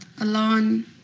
alone